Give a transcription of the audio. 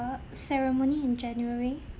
ceremony in january